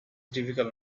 difficult